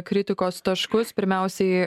kritikos taškus pirmiausiai